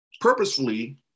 purposefully